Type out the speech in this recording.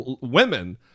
women